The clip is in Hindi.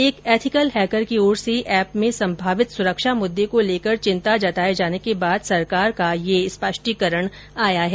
एक एथिकल हैकर की ओर से ऐप में संभावित सुरक्षा मुद्दे को लेकर चिंता जताये जाने के बाद सरकार का यह स्पष्टीकरण आया है